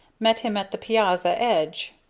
met him at the piazza edge,